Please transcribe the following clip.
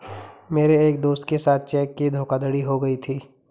मेरे एक दोस्त के साथ चेक की धोखाधड़ी हो गयी थी